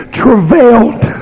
travailed